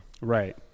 Right